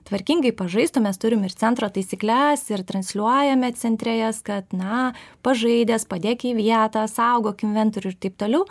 tvarkingai pažaistų mes turim ir centro taisykles ir transliuojame centre jas kad na pažaidęs padėk į vietą saugok inventorių ir taip toliau t